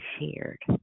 shared